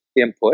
input